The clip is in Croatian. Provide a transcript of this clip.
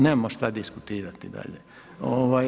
Nemamo šta diskutirati dalje.